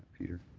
peter.